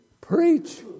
preach